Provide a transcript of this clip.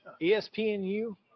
ESPNU